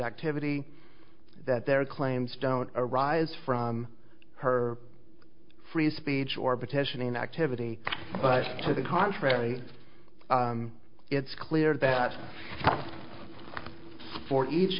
activity that their claims don't arise from her free speech or potentially an activity but to the contrary it's clear that for each